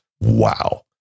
Wow